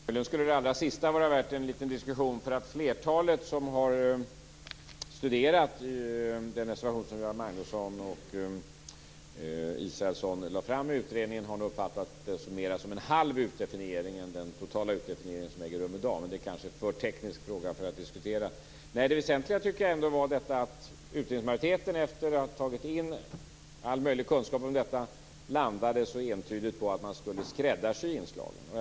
Herr talman! Möjligen är det allra sista värt en diskussion. Flertalet som har studerat den reservation som Göran Magnusson och Margareta Israelsson avgav i utredningen har uppfattat denna mera som en halv utdefiniering än den totala utdefiniering som äger rum i dag. Men det är kanske en för teknisk fråga att diskutera här. Det väsentliga var ändå att utredningsmajoriteten, efter det att den hade tagit in all möjliga kunskaper om detta, landade så entydigt på att man skulle skräddarsy inslagen.